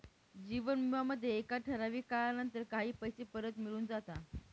जीवन विमा मध्ये एका ठराविक काळानंतर काही पैसे परत मिळून जाता